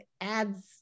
adds